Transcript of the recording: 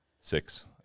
Six